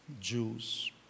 Jews